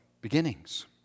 beginnings